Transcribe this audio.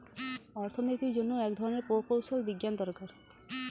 অর্থনীতির জন্য এক ধরনের প্রকৌশল বিজ্ঞান দরকার